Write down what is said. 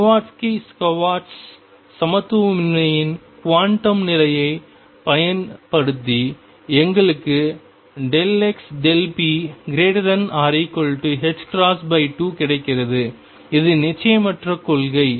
Cauchy Schwarz சமத்துவமின்மையுடன் quantum நிலையைப் பயன்படுத்தி எங்களுக்கு xp≥2 கிடைத்தது அது நிச்சயமற்ற கொள்கை